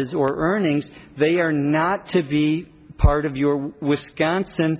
s or earnings they are not to be part of your wisconsin